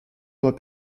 doit